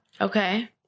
Okay